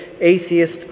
atheist